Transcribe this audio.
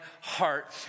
heart